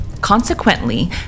Consequently